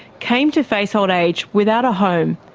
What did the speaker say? came to face old age without a home,